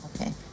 Okay